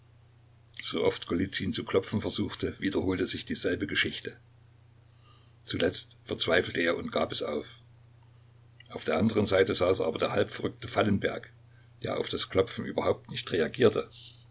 sooft golizyn zu klopfen versuchte wiederholte sich dieselbe geschichte zuletzt verzweifelte er und gab es auf auf der anderen seite saß aber der halbverrückte fallenberg der auf das klopfen überhaupt nicht reagierte